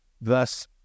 Thus